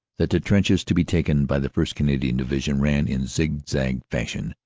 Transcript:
that the trenches to be taken by the first. canadian division ran, in zig-zag fashion,